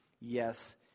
Yes